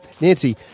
Nancy